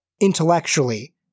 intellectually